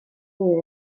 nie